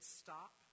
stop